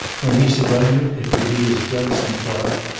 when he surrendered it would be as judson clark,